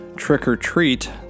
trick-or-treat